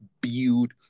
build